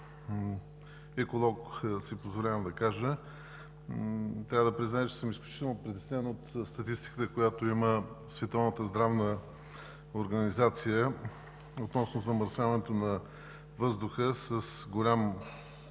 еколог, си позволявам да кажа, че съм изключително притеснен от статистиката, която има Световната здравна организация, относно замърсяването на въздуха като голям